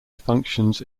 functions